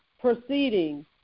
proceeding